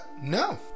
no